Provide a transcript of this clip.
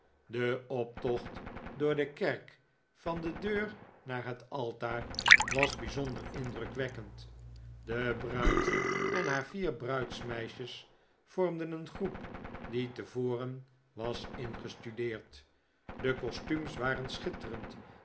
de optocht door de kerk van de deur naar het altaar was bijzonder indrukwekkend de bruid en haar vier bruidsmeisjes vormden een groep die tevoren was ingestudeerd de costuums waren schitterend